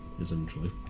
essentially